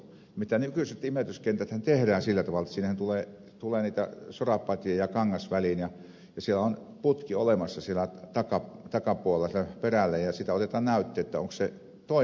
nimittäin nykyiset imeytyskentäthän tehdään sillä tavalla että sinne tulee niitä sorapatjoja ja kangas väliin ja siellä on putki olemassa takapuolella perällä ja siitä otetaan näytteitä toimiiko se kenttä